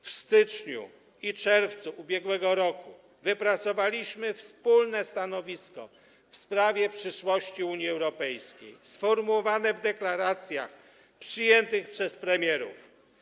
W styczniu i czerwcu ub.r. wypracowaliśmy wspólne stanowisko w sprawie przyszłości Unii Europejskiej, sformułowane w deklaracjach przyjętych przez premierów.